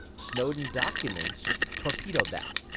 snowden documents torpedoed that.